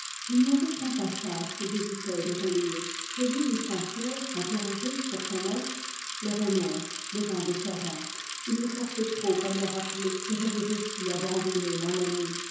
il n'y avait qu'un passage que j'évitais de relire celui où saint pierre interrogé sur son maître le renonce devant des servantes il me forçait trop à me rappeler que j'avais aussi abandonné mon ami